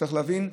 צריך להבין,